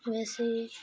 ویسے